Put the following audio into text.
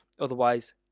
otherwise